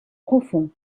profonds